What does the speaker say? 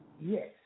Yes